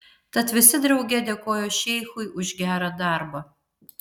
tad visi drauge dėkojo šeichui už gerą darbą